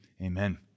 amen